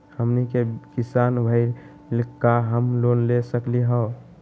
हमनी के किसान भईल, का हम लोन ले सकली हो?